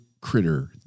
critter